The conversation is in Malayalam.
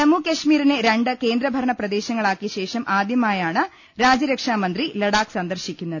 ജമ്മു കശ്മീരിനെ രണ്ട് കേന്ദ്ര ഭരണ പ്രദേശങ്ങളാക്കിയ ശേഷം ആദ്യമായാണ് രാജ്യരക്ഷാ മന്ത്രി ലഡാക്ക് സന്ദർശിക്കുന്നത്